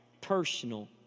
personal